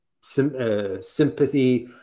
sympathy